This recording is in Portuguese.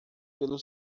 pelo